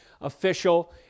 official